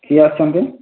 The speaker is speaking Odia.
କିଏ ଆସିଛନ୍ତି